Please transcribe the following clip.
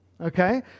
Okay